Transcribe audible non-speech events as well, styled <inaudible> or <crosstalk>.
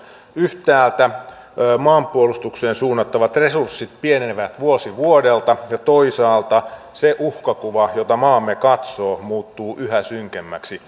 yhtäältä maanpuolustukseen suunnattavat resurssit pienenevät vuosi vuodelta ja toisaalta se uhkakuva jota maamme katsoo muuttuu yhä synkemmäksi <unintelligible>